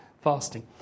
fasting